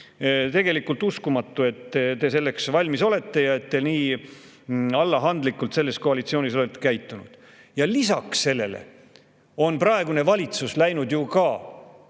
Tegelikult uskumatu, et te selleks valmis olete ja et te nii allaandlikult selles koalitsioonis olete käitunud. Lisaks sellele on praegune valitsus läinud ju ka